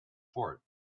fort